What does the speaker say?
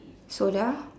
soda